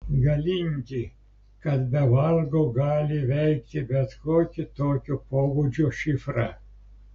galingi kad be vargo gali įveikti bet kokį tokio pobūdžio šifrą